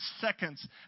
seconds